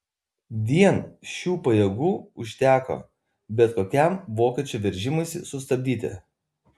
vien šių pajėgų užteko bet kokiam vokiečių veržimuisi sustabdyti